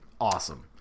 awesome